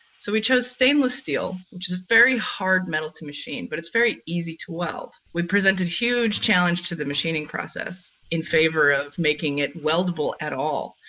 so we chose stainless steel, which is a very hard metal to machine, but it's very easy to weld. we present a huge challenge to the machining process in favor of making it weldable at all.